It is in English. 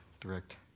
direct